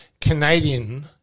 Canadian